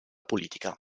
politica